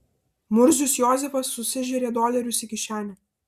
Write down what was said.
murzius jozefas susižėrė dolerius į kišenę